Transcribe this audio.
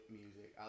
music